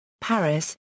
Paris